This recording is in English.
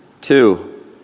Two